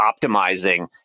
optimizing